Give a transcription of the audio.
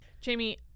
Jamie